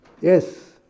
Yes